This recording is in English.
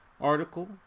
article